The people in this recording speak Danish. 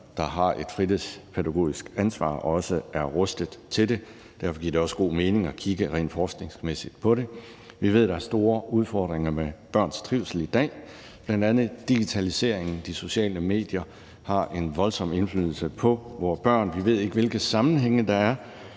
der har et fritidspædagogisk ansvar, også er rustet til det, og derfor giver det også god mening at kigge rent forskningsmæssigt på det. Vi ved, at der er store udfordringer med børns trivsel i dag, bl.a. har digitaliseringen, de sociale medier en voldsom indflydelse på vore børn. Vi ved ikke, hvilke sammenhænge der er,